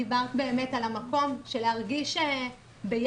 דיברת באמת על המקום של להרגיש ביחד